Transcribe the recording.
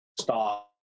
stop